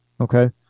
Okay